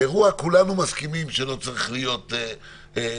באירוע כולנו מסכימים שלא צריך להיות --- לא,